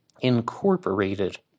incorporated